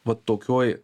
vat tokioj